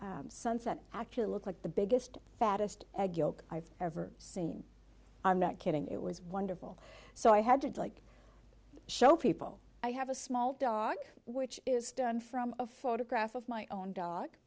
the sunset actually looks like the biggest fattest egg yolk i've ever seen i'm not kidding it was wonderful so i had like show people i have a small dog which is done from a photograph of my own dog